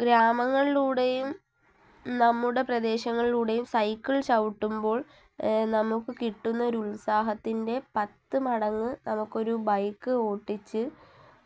ഗ്രാമങ്ങളിലൂടെയും നമ്മുടെ പ്രദേശങ്ങളിലൂടെയും സൈക്കിൾ ചവിട്ടുമ്പോൾ നമുക്ക് കിട്ടുന്നൊരു ഉത്സാഹത്തിൻ്റെ പത്തു മടങ്ങ് നമുക്കൊരു ബൈക്ക് ഓടിച്ച്